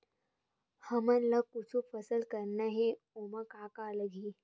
हमन ला कुछु फसल करना हे ओमा का का लगही?